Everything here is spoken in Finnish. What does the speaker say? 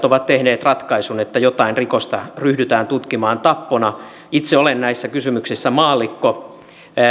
ovat tehneet ratkaisun että jotain rikosta ryhdytään tutkimaan tappona itse olen näissä kysymyksissä maallikko